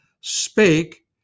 spake